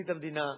לפרקליט המדינה,